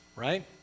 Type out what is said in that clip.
right